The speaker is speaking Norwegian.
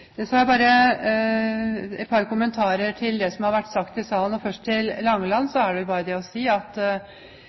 har et par kommentarer til det som er sagt i salen. Til Langeland vil jeg først bare si at